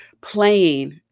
playing